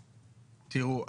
תראו,